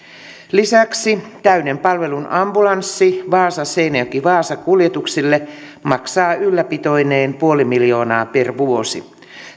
lisäksi täyden palvelun ambulanssi vaasa seinäjoki vaasa kuljetuksille maksaa ylläpitoineen nolla pilkku viisi miljoonaa per vuosi